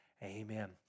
Amen